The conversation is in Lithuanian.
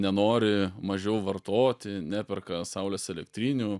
nenori mažiau vartoti neperka saulės elektrinių